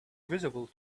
visible